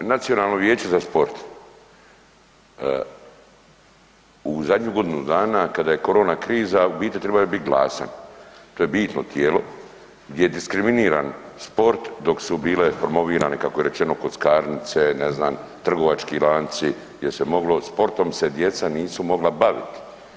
Nacionalno vijeće za sport u zadnju godinu dana kada je korona kriza u biti trebao je biti glasan, to je bitno tijelo gdje je diskriminiran sport dok su bile promovirane kako je rečeno kockarnice, ne znam trgovački lanci jer sportom se djeca nisu mogla baviti.